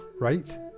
Right